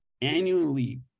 annually